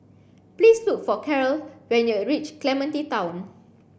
please look for Caryl when you reach Clementi Town